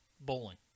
bowling